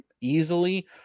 easily